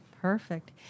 Perfect